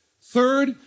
Third